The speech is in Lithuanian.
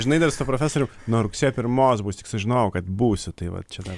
žinai dar su tuo profesorium nuo rugsėjo pirmos bus tik sužinojau kad būsiu tai va čia dar